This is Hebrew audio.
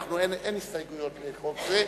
אין הסתייגות לחוק זה,